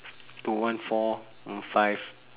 to one four one five